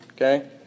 Okay